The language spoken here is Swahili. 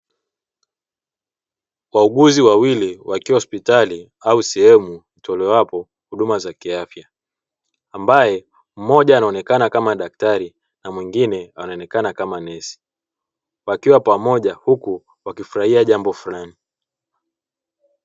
Wauguzi wawili wakiwa hospitali au sehemu itolewapo huduma za kiafya ambaye mmoja anaonekana kama daktari na mwingine anaonekana kama nesi wakiwa pamoja huku wakifurahia jambo fulani.